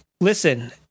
listen